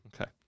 Okay